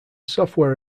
software